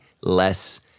less